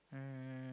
um